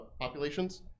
populations